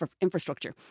infrastructure